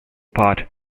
part